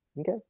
Okay